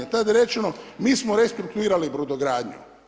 Tada je rečeno mi smo restrukturirali brodogradnju.